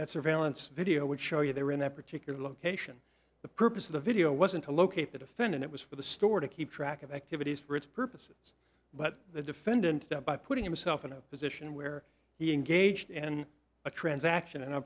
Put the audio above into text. that surveillance video would show you there in that particular location the purpose of the video wasn't to locate the defendant it was for the store to keep track of activities for its purposes but the defendant by putting himself in a position where he engaged in a transaction